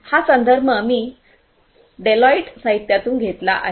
हा संदर्भ मी डेलॉइट साहित्यातून घेतला आहे